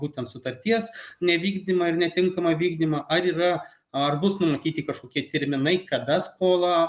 būtent sutarties nevykdymą ir netinkamą vykdymą ar yra ar bus numatyti kažkokie terminai kada skolą